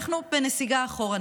אנחנו בנסיגה לאחור.